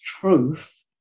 truth